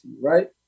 right